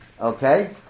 Okay